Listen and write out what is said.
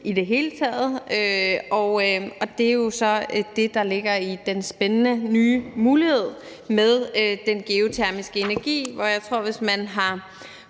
i det hele taget. Det er jo så det, der ligger i den spændende nye mulighed med den geotermiske energi. Jeg tror, at hvis man har